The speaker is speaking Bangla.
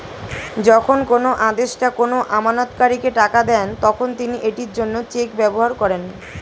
যখন কোনো আদেষ্টা কোনো আমানতকারীকে টাকা দেন, তখন তিনি এটির জন্য চেক ব্যবহার করেন